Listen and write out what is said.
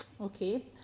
Okay